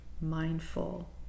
mindful